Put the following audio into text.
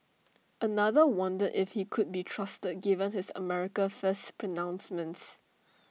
another wonder if he could be trusted given his America First pronouncements